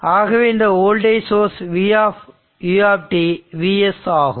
ஆகவே இந்த voltage source Vs u Vs ஆகும்